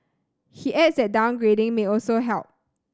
he adds that downgrading may also help